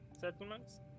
settlements